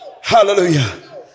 hallelujah